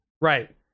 Right